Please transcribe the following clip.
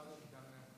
תודה רבה,